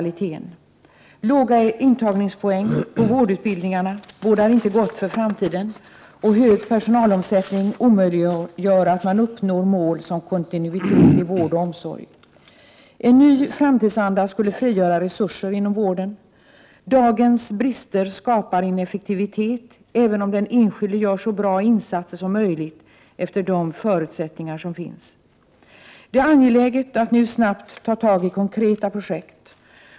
Låga intagningspoäng vid vårdutbildningarna bådar inte gott för framtiden, och hög personalomsättning omöjliggör att mål som kontinuitet i vård och omsorg kan uppnås. En ny framtidsanda skulle frigöra resurser inom vården. Dagens brister skapar ineffektivitet, även om den enskilde gör så bra insatser som möjligt efter de förutsättningar som ges. Det är angeläget att nu snabbt ta tag i konkreta projekt.